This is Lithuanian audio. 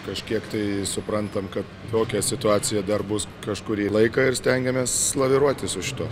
kažkiek tai suprantam kad tokia situacija dar bus kažkurį laiką ir stengiamės laviruoti su šituo